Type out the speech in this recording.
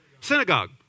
synagogue